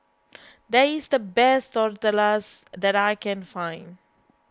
that is the best Tortillas that I can find